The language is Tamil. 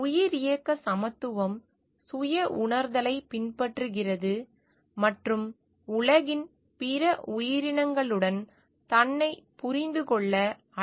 உயிரியக்க சமத்துவம் சுய உணர்தலைப் பின்பற்றுகிறது மற்றும் உலகின் பிற உயிரினங்களுடன் தன்னைப் புரிந்து கொள்ள அழைப்பு விடுக்கிறது